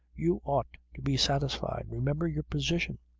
you ought to be satisfied. remember your position.